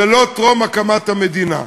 זה לא טרום הקמת המדינה.